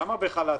כמה בחל"ת?